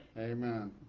Amen